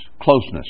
closeness